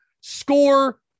score